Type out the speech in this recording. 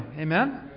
Amen